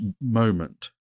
moment